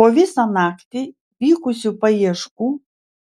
po visą naktį vykusių paieškų